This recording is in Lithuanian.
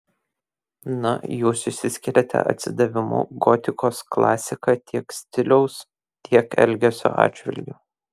na jūs išsiskiriate atsidavimu gotikos klasika tiek stiliaus tiek elgesio atžvilgiu